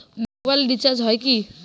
Mobile recharge হয় কি?